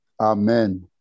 Amen